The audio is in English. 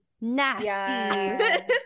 nasty